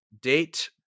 date